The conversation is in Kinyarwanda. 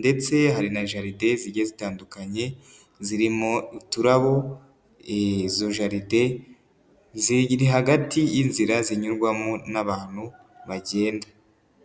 ndetse hari na jaride zigiye zitandukanye zirimo uturabo, izo jaride ziri hagati y'inzira zinyurwamo n'abantu bagenda.